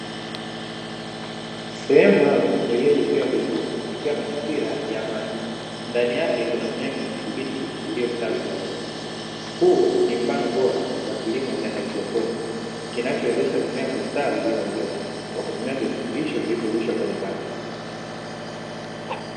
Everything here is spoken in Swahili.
Sehemu au iliyojengewa vizuri ikiwa na mipira ya maji ndani yake kuna mimea kina mikibichi iliyo stawi vizuri huu ni mfano bora wa kilimo cha hydroproni kina cho wezesha mimea kustawi bila udongo kwa kutumia vilekebisho vilivyo oredheshwa kwenye maji.